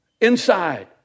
inside